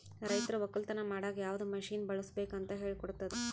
ರೈತರು ಒಕ್ಕಲತನ ಮಾಡಾಗ್ ಯವದ್ ಮಷೀನ್ ಬಳುಸ್ಬೇಕು ಅಂತ್ ಹೇಳ್ಕೊಡ್ತುದ್